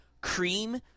cream